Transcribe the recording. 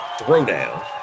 throwdown